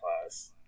class